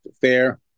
fair